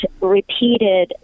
repeated